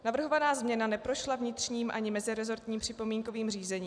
Navrhovaná změna neprošla vnitřním ani meziresortním připomínkovým řízením.